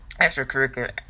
extracurricular